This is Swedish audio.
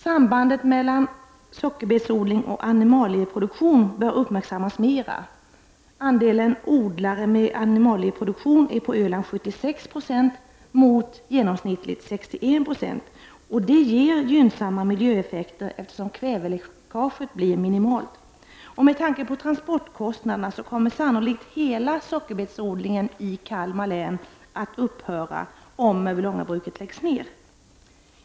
Sambandet mellan sockerbetsodling och animalieproduktion bör uppmärksammas mera. Andelen odlare med animalieproduktion är på Öland 76 96 mot genomsnittligt 61 26, vilket ger gynnsamma miljöeffekter då kväveläckaget blir minimalt. Med tanke på transportkostnaderna kommer sannolikt hela sockerbetsodlingen i Kalmar län att upphöra om Mörbylångabruket läggs ner.